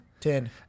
Ten